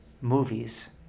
movies